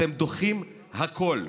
אתם דוחים הכול.